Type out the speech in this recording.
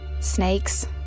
Snakes